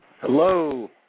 Hello